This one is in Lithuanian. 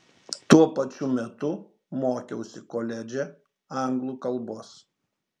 tuo pačiu metu mokiausi koledže anglų kalbos